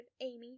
Amy